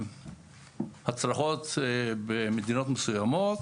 הצלחות במדינות מסוימות